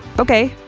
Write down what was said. okay!